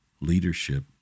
leadership